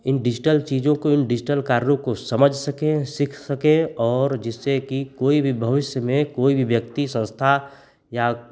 इन digital चीज़ों को इन डिजिटल कार्यों को समझ सके सीख सके और जिससे की कोई भी भविष्य में कोई भी व्यक्ति संस्था या